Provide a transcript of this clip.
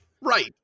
Right